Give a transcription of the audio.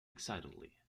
excitedly